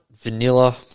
vanilla